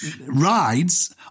rides